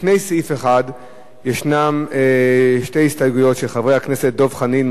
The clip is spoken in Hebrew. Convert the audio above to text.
לפני סעיף 1 יש שתי הסתייגויות של חברי הכנסת דב חנין,